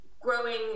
growing